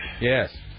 Yes